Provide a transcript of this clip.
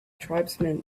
tribesmen